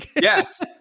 Yes